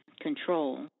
control